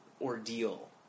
ordeal